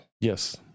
yes